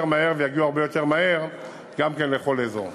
מהר ויגיעו הרבה יותר מהר גם כן לכל אזור.